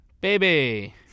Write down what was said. Baby